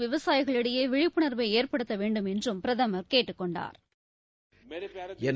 விவசாயிகளிடையே விழிப்புணா்வை ஏற்படுத்த வேண்டும் என்றும் பிரதமா் கேட்டுக் கொண்டாா்